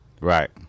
Right